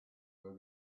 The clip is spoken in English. were